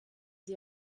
sie